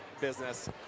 business